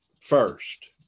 first